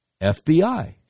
FBI